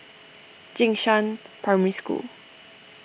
Jing Shan Primary School